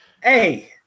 hey